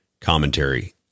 commentary